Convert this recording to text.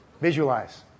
Visualize